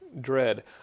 Dread